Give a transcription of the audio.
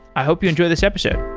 i hope you enjoy this episode.